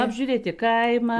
apžiūrėti kaimą